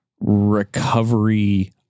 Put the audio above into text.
recovery